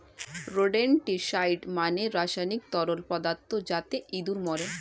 rodenticide মানে রাসায়নিক তরল পদার্থ যাতে ইঁদুর মরে